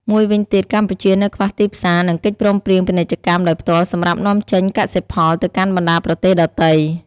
មួយវិញទៀតកម្ពុជានៅខ្វះទីផ្សារ និងកិច្ចព្រមព្រៀងពាណិជ្ជកម្មដោយផ្ទាល់សម្រាប់នាំចេញកសិផលទៅកាន់បណ្តាប្រទេសដទៃ